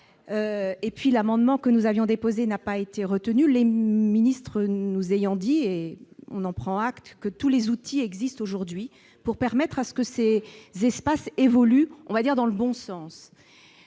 ville. L'amendement que nous avions déposé n'a pas été voté, les ministres nous ayant dit, ce dont nous prenons acte, que tous les outils existent aujourd'hui pour permettre que ces espaces évoluent dans le bon sens.